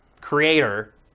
creator